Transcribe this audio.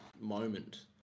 moment